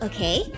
Okay